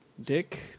dick